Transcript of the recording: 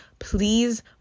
please